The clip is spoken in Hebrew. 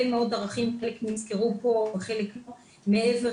מאוד ערכים שחלק נזכרו פה וחלק לא מעבר